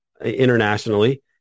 internationally